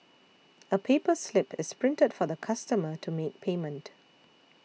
a paper slip is printed for the customer to make payment